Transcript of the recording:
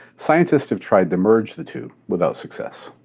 scientists have tried to merge the two, without success.